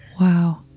Wow